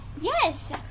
Yes